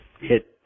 hit